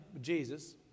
Jesus